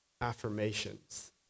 affirmations